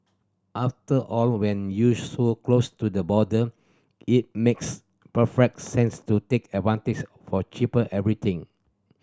after all when you so close to the border it makes perfect sense to take advantage for cheaper everything